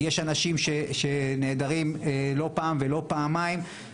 יש אנשים שנעדרים לא פעם ולא פעמיים,